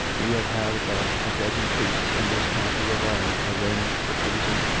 we have had above a dozen priests in this county alone arraigned for treason,